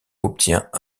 obtient